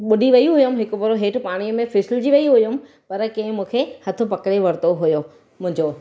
बुॾी वई हुयमि हिकु बार हेठि पाणी में फिसलजी वई हुयमि मूंखे हथु पकिड़े वरितो हुयो मुंहिंजो